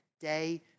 day